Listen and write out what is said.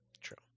True